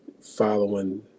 following